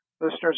listeners